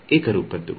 ಏಕರೂಪದ್ದು